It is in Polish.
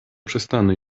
przestanę